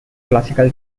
classical